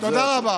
תודה רבה.